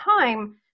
time